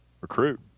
Recruit